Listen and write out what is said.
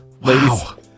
Wow